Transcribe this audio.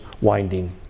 winding